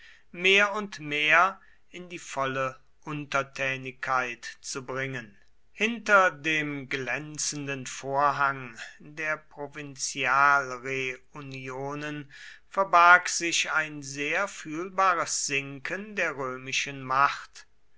mehr und mehr in die volle untertänigkeit zu bringen hinter dem glänzenden vorhang der provinzialreunionen verbarg sich ein sehr fühlbares sinken der römischen macht